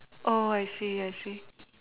oh I see I see